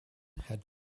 had